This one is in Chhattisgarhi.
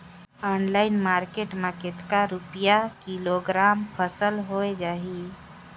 ऑनलाइन मार्केट मां कतेक रुपिया किलोग्राम फसल हवे जाही?